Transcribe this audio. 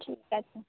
ঠিক আছে